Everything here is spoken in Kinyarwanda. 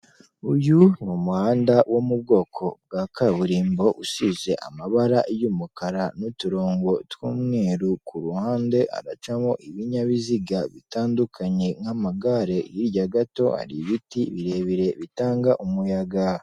Uyu ni muhanda wo mu bwoko bwa kaburimbo, usize amabara y'umukara n'uturongo tw'umweru, ku ruhande aracamo ibinyabiziga bitandukanye nk'amagare hirya gato hari ibiti birebire bitanga umuyaga.